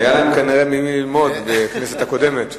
היה להם כנראה ממי ללמוד בכנסת הקודמת.